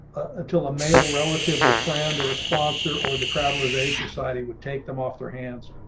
until a male relative or friend or a sponsor or the travelers aid society would take them off their hands.